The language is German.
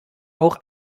auch